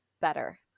better